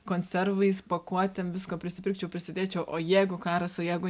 konservais pakuotėm visko prisipirkčiau prisidėčiau o jeigu karas o jeigu